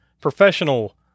professional